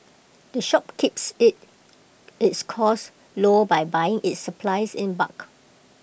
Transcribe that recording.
the shop keeps IT its costs low by buying its supplies in bulk